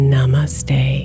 Namaste